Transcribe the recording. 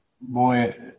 boy